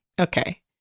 okay